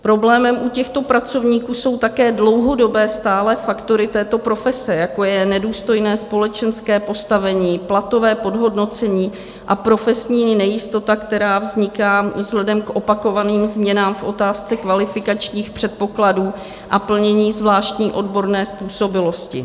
Problémem u těchto pracovníků jsou také dlouhodobé stále faktory této profese, jako je nedůstojné společenské postavení, platové podhodnocení a profesní nejistota, která vzniká vzhledem k opakovaným změnám v otázce kvalifikačních předpokladů a plnění zvláštní odborné způsobilosti.